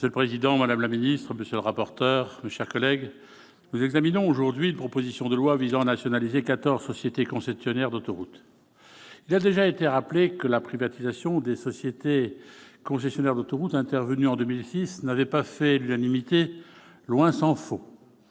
Monsieur le président, madame la ministre, monsieur le rapporteur, mes chers collègues, nous examinons aujourd'hui une proposition de loi visant à nationaliser quatorze sociétés concessionnaires d'autoroutes. Il a déjà été rappelé que la privatisation de sociétés concessionnaires d'autoroutes intervenue en 2006 n'avait pas fait l'unanimité, tant s'en faut